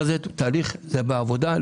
אבל זה תהליך והוא בעובדה.